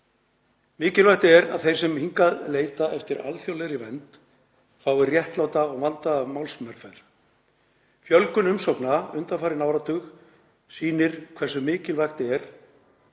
„Mikilvægt er að þeir sem hingað leita eftir alþjóðlegri vernd fái réttláta og vandaða málsmeðferð. Fjölgun umsókna undanfarinn áratug sýnir hversu mikilvægt er